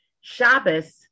Shabbos